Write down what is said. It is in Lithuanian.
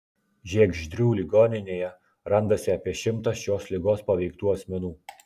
žiegždrių ligoninėje randasi apie šimtas šios ligos paveiktų asmenų